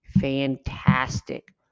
fantastic